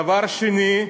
דבר שני,